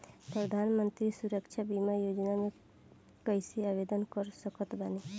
प्रधानमंत्री सुरक्षा बीमा योजना मे कैसे आवेदन कर सकत बानी?